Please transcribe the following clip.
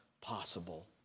possible